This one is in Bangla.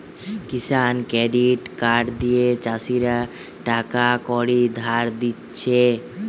কিষান ক্রেডিট কার্ড দিয়ে চাষীরা টাকা কড়ি ধার নিতেছে